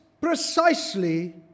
precisely